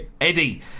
Eddie